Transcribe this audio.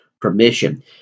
Permission